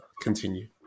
continue